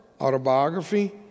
Autobiography